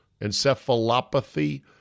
encephalopathy